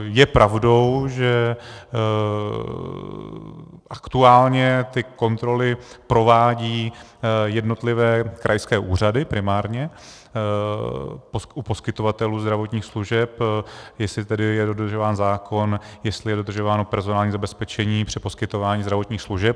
Je pravdou, že aktuálně kontroly provádějí jednotlivé krajské úřady primárně u poskytovatelů zdravotních služeb, jestli tedy je dodržován zákon, jestli je dodržováno personální zabezpečení při poskytování zdravotních služeb.